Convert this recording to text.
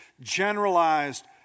generalized